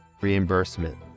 reimbursement